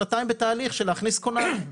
שנתיים בתהליך של להכניס כונן.